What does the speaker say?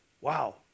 Wow